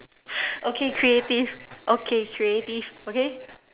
okay creative okay creative okay